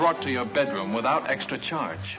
brought to your bedroom without extra charge